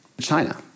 China